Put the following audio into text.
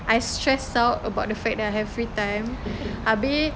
I stress out about the fact that I have free time abeh